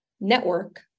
network